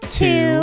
two